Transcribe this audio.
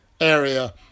area